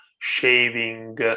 Shaving